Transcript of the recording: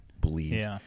believe